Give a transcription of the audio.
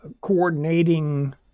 coordinating